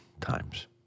times